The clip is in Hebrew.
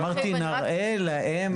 אמרתי נראה להם את הנוסח.